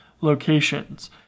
locations